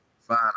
fine